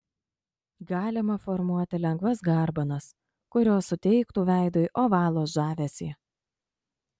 galima formuoti lengvas garbanas kurios suteiktų veidui ovalo žavesį